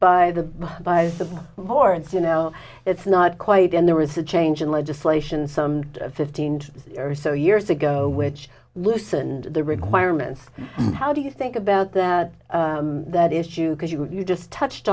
by the by the horns you know it's not quite and there was a change in legislation some fifteen or so years ago which loosened the requirements how do you think about that that issue because you you just touched